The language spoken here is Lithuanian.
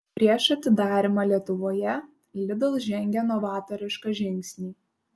prieš atidarymą lietuvoje lidl žengė novatorišką žingsnį